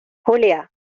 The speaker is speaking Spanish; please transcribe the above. julia